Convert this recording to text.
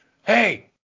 Hey